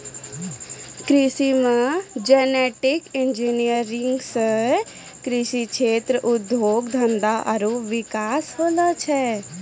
कृषि मे genetic engineer से कृषि क्षेत्र उद्योग धंधा रो विकास होलो छै